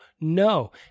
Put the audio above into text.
no